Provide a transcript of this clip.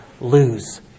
lose